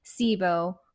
SIBO